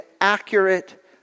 accurate